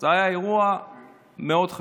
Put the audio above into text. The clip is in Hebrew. זה היה אירוע מאוד חשוב.